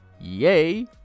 yay